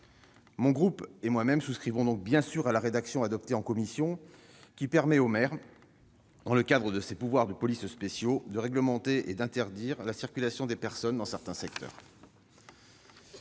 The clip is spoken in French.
du RDSE et moi-même souscrivons donc bien sûr à la rédaction adoptée en commission, qui permet au maire, dans le cadre de ses pouvoirs de police spéciale, de réglementer et d'interdire la circulation des personnes dans certains secteurs.